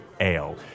ale